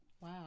Wow